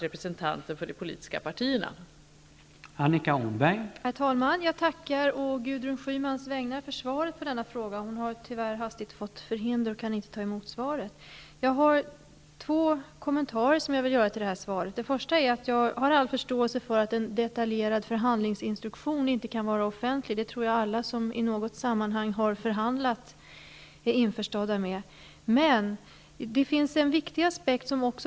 Då Gudrun Schyman, som framställt frågan, anmält att hon var förhindrad att närvara vid sammanträdet, medgav andre vice talmannen att Annika Åhnberg i stället fick delta i överläggningen.